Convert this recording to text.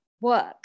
work